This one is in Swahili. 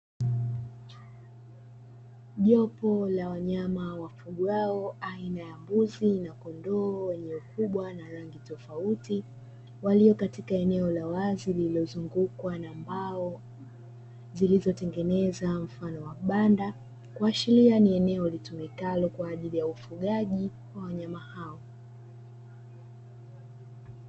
Jopo la wanyama wafugwao aina ya mbuzi na kondoo wenye ukubwa na rangi tofauti, walio katika eneo la wazi lililozungukwa na mbao zilizotengeneza mfano wa banda, kuashiria ni eneo litumikalo kwa ajili ya ufugaji wa wanyama hao.